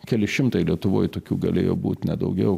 keli šimtai lietuvoj tokių galėjo būt ne daugiau